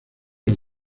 los